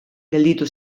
gelditu